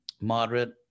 moderate